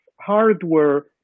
hardware